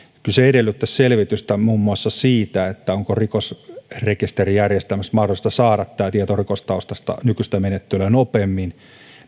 kyllä edellyttäisi selvitystä muun muassa siitä onko rikosrekisterijärjestelmästä mahdollista saada tämä tieto rikostaustasta nykyistä menettelyä nopeammin